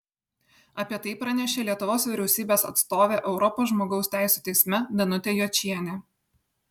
apie tai pranešė lietuvos vyriausybės atstovė europos žmogaus teisių teisme danutė jočienė